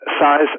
Size